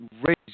raise